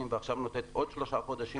ועכשיו נותנת לנו עוד שלושה חודשים,